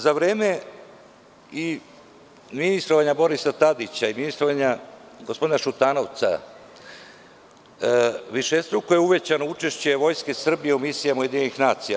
Za vreme ministrovanja Borisa Tadića i ministrovanja gospodina Šutanovca, višestruko je uvećano učešće Vojske Srbije u misijama UN.